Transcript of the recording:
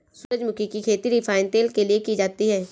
सूरजमुखी की खेती रिफाइन तेल के लिए की जाती है